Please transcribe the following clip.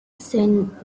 said